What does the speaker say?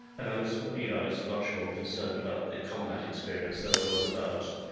and i was you know i was much more concerned about the combat experience than i was about,